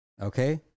Okay